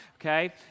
okay